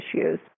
issues